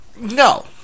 no